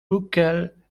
auxquelles